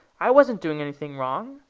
i wasn't doing anything wrong.